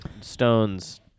Stones